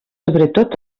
sobretot